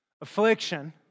Affliction